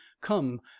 come